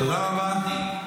אירוע נקודתי.